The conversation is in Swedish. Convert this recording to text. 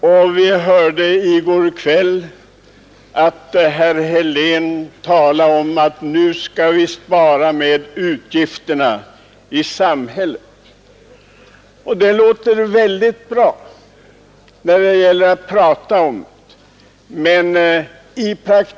Och i går kväll hörde vi herr Helén säga att nu måste vi vara mycket försiktiga med samhällets utgifter. Det där låter ju mycket bra.